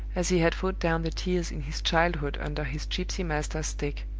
as he had fought down the tears in his childhood under his gypsy master's stick